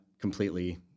completely